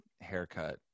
haircut